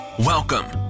Welcome